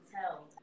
tell